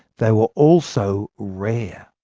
they were also rare.